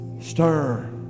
stir